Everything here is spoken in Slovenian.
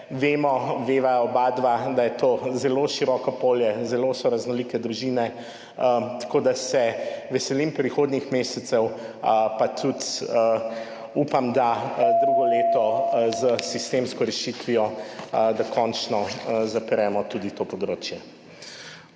Veva oba, da je to zelo široko polje, zelo so raznolike družine, tako da se veselim prihodnjih mesecev, pa tudi upam, da drugo leto s sistemsko rešitvijo dokončno zapremo tudi to področje.